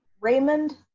Raymond